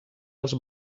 els